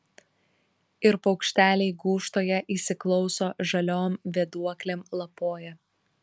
ir paukšteliai gūžtoje įsiklauso žaliom vėduoklėm lapoja